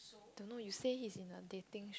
don't know you say he's in a dating